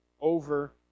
over